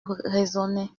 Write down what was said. raisonnait